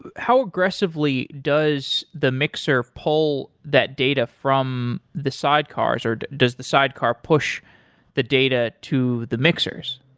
how aggressively does the mixer pull that data from the sidecars, or does the sidecar push the data to the mixers?